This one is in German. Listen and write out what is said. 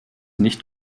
nicht